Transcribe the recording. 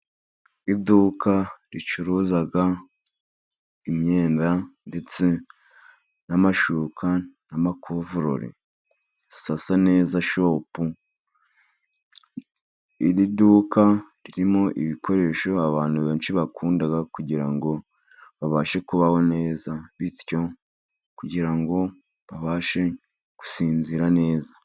Iduka ricuruza imyenda ndetse n'amashuka n'amakuvureri sasa neza shopu, iri duka ririmo ibikoresho abantu benshi bakunda kugirango babashe kubaho neza, bityo kugirango babashe gusinzira neza.